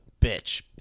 bitch